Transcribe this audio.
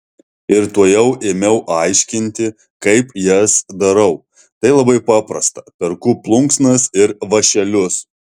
ir tuojau ėmiau aiškinti kaip jas darau tai labai paprasta perku plunksnas ir vąšelius